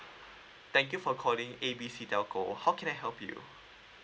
thank you for calling A B C telco how can I help you